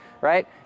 right